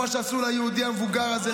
מה שעשו ליהודי המבוגר הזה,